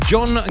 John